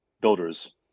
builders